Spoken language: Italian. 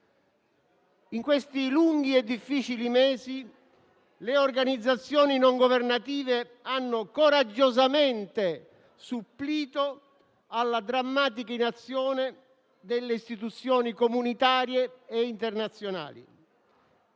In questi lunghi e difficili mesi, le organizzazioni non governative hanno coraggiosamente supplito alla drammatica inazione delle istituzioni comunitarie e nazionali,